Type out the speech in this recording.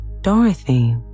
Dorothy